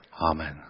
Amen